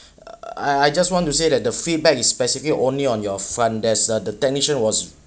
uh I~ I just want to say that the feedback is specifically only on your front desk ah the technician was